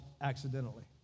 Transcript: accidentally